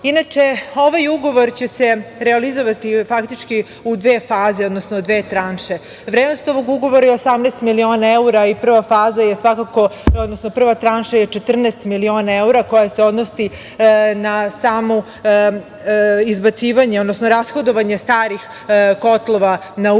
ovaj ugovor će se realizovati faktički u dve faze, odnosno dve tranše. Vrednost ovog ugovora je 18 miliona evra i prva tranša je 14 miliona evra, koja se odnosi na izbacivanje, odnosno rashodovanje starih kotlova na ugalj